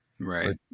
Right